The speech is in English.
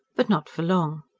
but not for long.